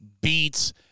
beats